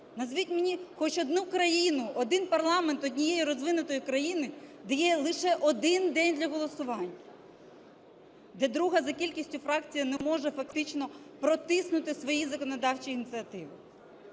Назвіть мені хоч одну країну, один парламент однієї розвинутої країни, де є лише 1 день для голосувань, де друга за кількістю фракція не може фактично протиснути свої законодавчі ініціативи?